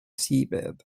seabed